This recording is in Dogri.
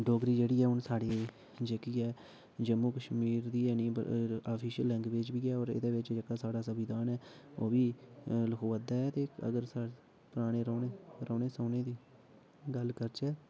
डोगरी जेह्ड़ी हून साढ़ी जेह्की ऐ जम्मू कश्मीर दी हेन ते ऑफिशल लैंगवेज़ बी ऐ ओर एह्दे बिच्च जेह्का साढ़ा सविधान ऐ ओह् बी लखोआ दा ऐ ते अगर साढ़ै परानें रौह्ंने आह्ले रौह्ंने सौह्ंने दी गल्ल करचै